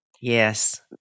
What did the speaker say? Yes